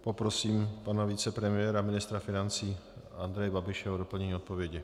Poprosím pana vicepremiéra a ministra financí Andreje Babiše o doplnění odpovědi.